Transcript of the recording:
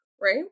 right